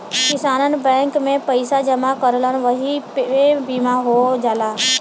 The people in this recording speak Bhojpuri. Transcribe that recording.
किसानन बैंक में पइसा जमा करलन वही पे बीमा हो जाला